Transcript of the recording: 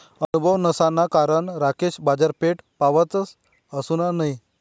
अनुभव नसाना कारण राकेश बाजारपेठपावत पहुसना नयी